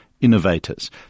innovators